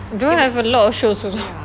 they don't have a lot of shows also